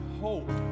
hope